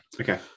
Okay